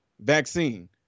vaccine